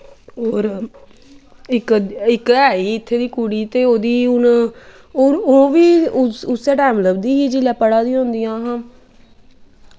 होर इक ऐही इत्थें दी कुड़ी ते ओह्दी हून ओह्बी उस्सै टैम लब्भदी ही जिसलै पढ़ा दी होंदियां हां